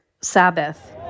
Sabbath